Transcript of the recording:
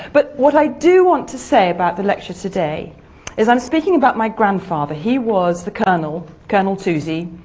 but what i do want to say about the lecture today is i'm speaking about my grandfather. he was the colonel, colonel toosey,